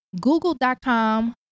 google.com